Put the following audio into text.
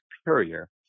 superior